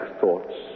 thoughts